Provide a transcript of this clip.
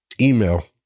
email